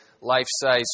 life-size